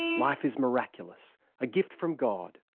life is miraculous, a gift from god.